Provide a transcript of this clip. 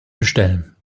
bestellen